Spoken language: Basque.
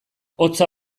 hotza